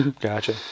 Gotcha